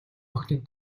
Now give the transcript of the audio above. охиныг